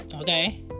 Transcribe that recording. okay